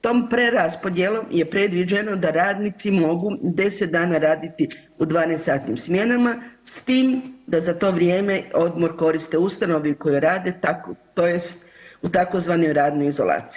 Tom preraspodjelom je predviđeno da radnici mogu 10 dana raditi u 12-satinim smjenama s tim da za to vrijeme odmor koriste u ustanovi u kojoj rade, tako tj. u tzv. radnoj izolaciji.